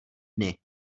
dny